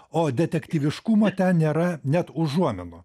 o detektyviškumo ten nėra net užuominų